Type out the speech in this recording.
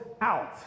out